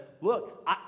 Look